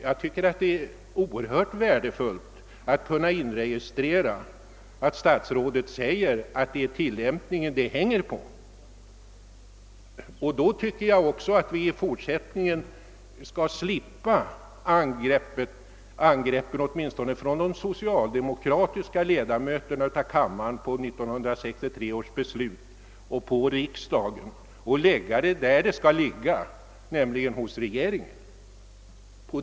Jag tycker det är oerhört värdefullt att kunna inregistrera statsrådets uttalande, att det är tillämpningen av beslutet det hänger på. Därmed tycker jag också att vi i fortsättningen bör kunna slippa angreppen från de socialdemokratiska ledamöterna av kammaren mot 1963 års beslut och mot riksdagen och i stället lägga ansvaret där det bör ligga, nämligen hos regeringen.